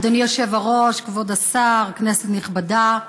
אדוני היושב-ראש, כבוד השר, כנסת נכבדה,